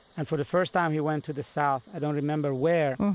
and for the first time, he went to the south. i don't remember where.